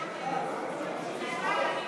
אני פה.